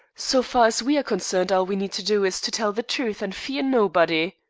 so far as we are concerned, all we need to do is to tell the truth and fear nobody.